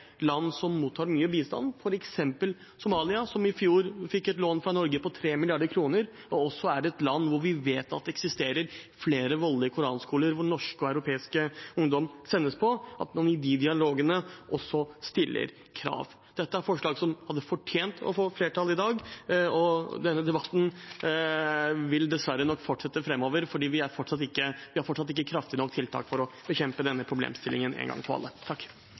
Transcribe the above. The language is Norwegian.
land som mottar mye bistand – f.eks. Somalia, som i fjor fikk et lån fra Norge på 3 mrd. kr, og som også er et land hvor vi vet at det eksisterer flere voldelige koranskoler hvor norske og europeiske ungdommer sendes til – også stiller krav. Dette er forslag som hadde fortjent å få flertall i dag. Denne debatten vil dessverre fortsette fremover, fordi vi fortsatt ikke har kraftige nok tiltak til å bekjempe denne problemstillingen én gang for alle.